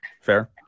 fair